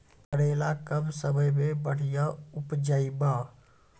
करेला कम समय मे बढ़िया उपजाई बा?